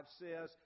says